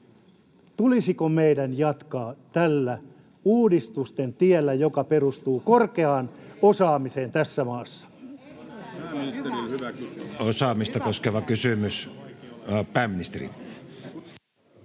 Tulisiko meidän jatkaa tällä uudistusten tiellä, joka perustuu korkeaan osaamiseen tässä maassa?